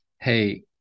hey